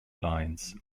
lines